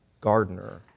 gardener